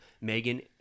Megan